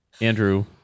Andrew